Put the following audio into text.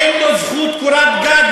אין לו זכות לקורת גג,